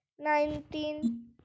nineteen